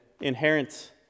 inherent